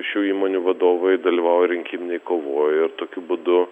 šių įmonių vadovai dalyvauja rinkiminėj kovoj ir tokiu būdu